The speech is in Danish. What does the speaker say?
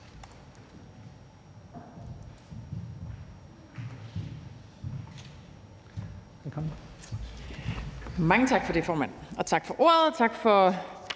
Mange tak for det, formand, og tak for ordet. Tak for